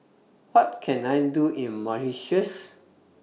What Can I Do in Mauritius